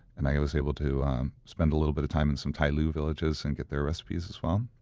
and i was able to spend a little bit of time in some tai lu villages and get their recipes as well.